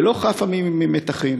ולא חפה ממתחים,